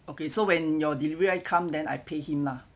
okay so when your delivery guy come then I pay him lah okay